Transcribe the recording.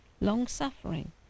long-suffering